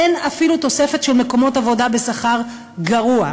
אין אפילו תוספת של מקומות עבודה בשכר גרוע.